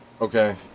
Okay